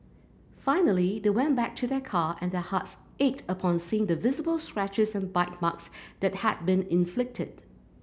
finally they went back to their car and their hearts ached upon seeing the visible scratches and bite marks that had been inflicted